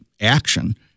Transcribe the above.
action